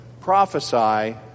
prophesy